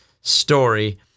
story